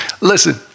Listen